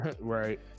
Right